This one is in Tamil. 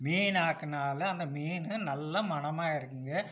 மீனு ஆக்கினாலும் அந்த மீன் நல்ல மணமாக இருக்குங்கள்